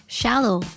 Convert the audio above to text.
shallow